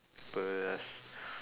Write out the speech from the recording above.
people just